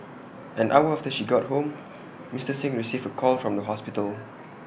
an hour after she got home Mister Singh received A call from the hospital